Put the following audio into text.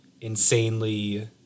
insanely